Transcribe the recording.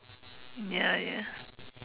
ya ya